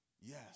yes